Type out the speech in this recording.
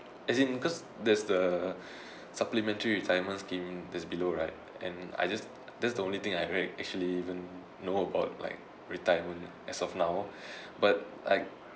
as in because there's the supplementary retirement scheme that's below right and I just that's the only thing I have right actually even know about like retirement as of now but I